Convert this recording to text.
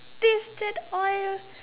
taste the oil